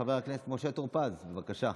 חבר הכנסה משה טור פז, בבקשה.